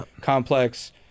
Complex